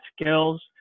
skills